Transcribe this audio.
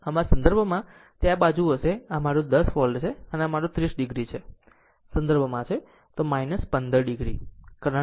આમ આ સંદર્ભમાં તે આ બાજુ હશે આ મારું 10 વોલ્ટ છે અને આ મારો 30 o છે અને સંદર્ભમાં તે છે 15 oકરંટ